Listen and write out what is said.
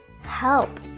help